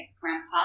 grandpa